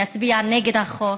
אני אצביע נגד החוק,